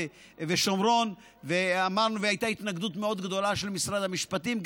ושומרון והייתה התנגדות מאוד גדולה של משרד המשפטים.